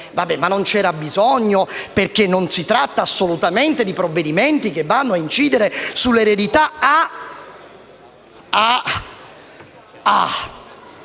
dire che non ce n'era bisogno, perché non si tratta assolutamente di provvedimenti che vanno a incidere sull'eredità. Ah!